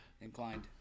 inclined